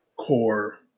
core